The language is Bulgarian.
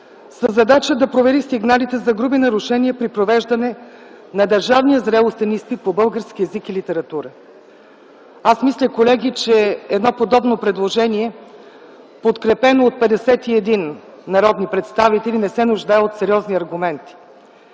със задача да провери сигналите за груби нарушения при провеждане на държавния зрелостен изпит по български език и литература. Колеги, мисля, че подобно предложение, подкрепено от 51 народни представители, не се нуждае от сериозни аргументи.